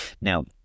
now